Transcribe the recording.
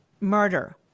murder